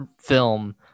film